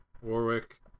Warwick